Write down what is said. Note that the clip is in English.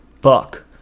fuck